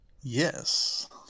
Yes